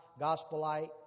gospelite